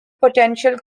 potential